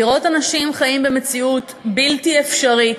לראות אנשים חיים במציאות בלתי אפשרית,